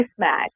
mismatch